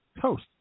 Toast